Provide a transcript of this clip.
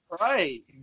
Right